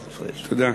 תודה.